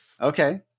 Okay